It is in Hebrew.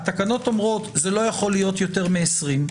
ההתקנות אומרות: לא יכול להיות יותר מ-20,